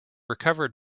recovered